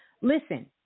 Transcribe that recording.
Listen